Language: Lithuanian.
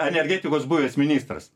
energetikos buvęs ministras